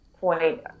point